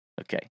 Okay